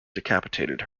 decapitated